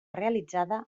realitzada